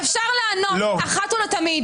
אפשר לענות אחת ולתמיד.